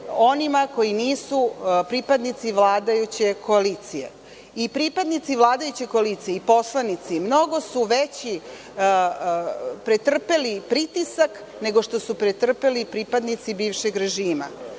onima koji nisu pripadnici vladajuće koalicije. Pripadnici vladajuće koalicije i poslanici mnogo su pretrpeli veći pritisak nego što su pretrpeli pripadnici bivšeg režima. Prema